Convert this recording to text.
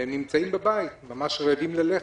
ונמצאים בבית, ממש רעבים ללחם.